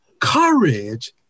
courage